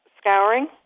scouring